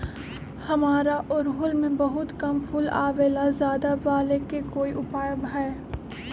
हमारा ओरहुल में बहुत कम फूल आवेला ज्यादा वाले के कोइ उपाय हैं?